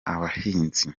abahinzi